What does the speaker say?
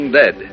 dead